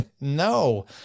no